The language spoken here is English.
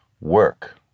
work